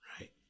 right